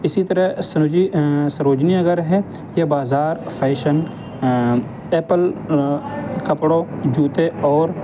اسی طرح سرجی سروجنی نگر ہے یہ بازار فیشن ایپل کپڑوں جوتے اور